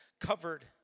covered